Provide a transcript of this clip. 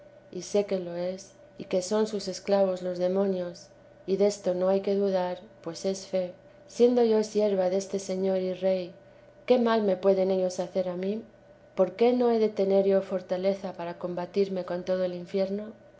y sé que lo es y que son sus esclavos los demonios y desto no hay que dudar pues es fe siendo yo sierva deste señor y rey qué mal me pueden ellos hacer a mí por qué no he de tener yo fortaleza para combatirme con todo el infierno